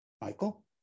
Michael